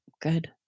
good